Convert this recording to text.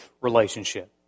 relationship